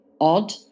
Odd